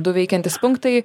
du veikiantys punktai